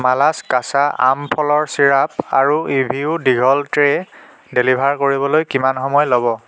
মালাছ কাচা আম ফলৰ চিৰাপ আৰু ই ভি অ' দীঘল ট্ৰে ডেলিভাৰ কৰিবলৈ কিমান সময় ল'ব